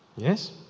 Yes